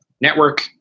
network